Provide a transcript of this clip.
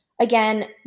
Again